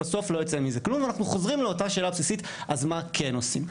בסוף לא יוצא מזה כלום ואנחנו חוזרים לאותה שאלה בסיסית של מה כן עושים.